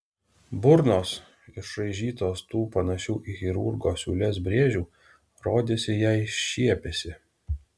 burnos išraižytos tų panašių į chirurgo siūles brėžių rodėsi jai šiepiasi